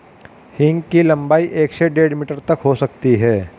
हींग की लंबाई एक से डेढ़ मीटर तक हो सकती है